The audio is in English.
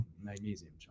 Magnesium